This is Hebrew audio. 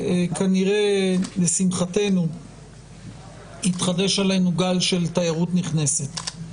כנראה לשמחתנו התחדש עלינו גל של תיירות נכנסת.